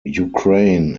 ukraine